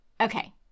Okay